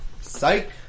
Psych